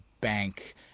bank